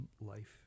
life